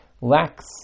lacks